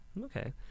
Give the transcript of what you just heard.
Okay